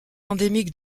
endémique